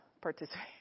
participate